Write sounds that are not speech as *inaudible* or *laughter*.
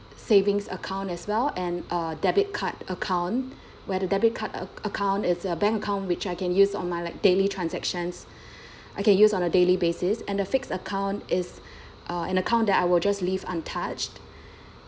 savings account as well and a debit card account where the debit card account it's a bank account which I can use on my like daily transactions *breath* I can use on a daily basis and a fixed account is uh an account that I will just leave untouched